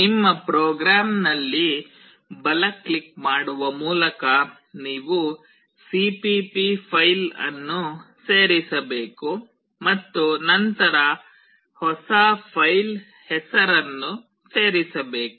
ನಿಮ್ಮ ಪ್ರೋಗ್ರಾಂನಲ್ಲಿ ಬಲ ಕ್ಲಿಕ್ ಮಾಡುವ ಮೂಲಕ ನೀವು ಸಿಪಿಪಿ ಫೈಲ್ ಅನ್ನು ಸೇರಿಸಬೇಕು ಮತ್ತು ನಂತರ ಹೊಸ ಫೈಲ್ ಹೆಸರನ್ನು ಸೇರಿಸಬೇಕು